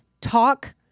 talk